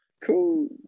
Cool